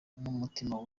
umutima